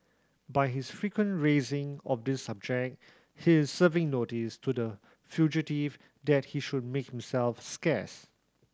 by his frequent raising of this subject he is serving notice to the fugitive that he should make himself scarce